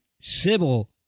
Sybil